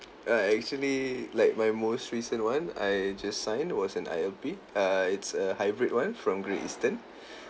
uh actually like my most recent one I just signed was an I_L_P err it's a hybrid one from Great Eastern